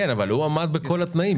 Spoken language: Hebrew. כן, אבל הוא עמד בכל התנאים.